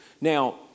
Now